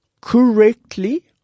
correctly